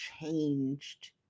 changed